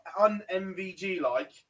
un-MVG-like